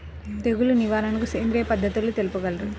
తెగులు నివారణకు సేంద్రియ పద్ధతులు తెలుపగలరు?